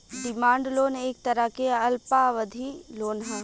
demand loan एक तरह के अल्पावधि लोन ह